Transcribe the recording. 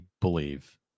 believe